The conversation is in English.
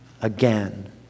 again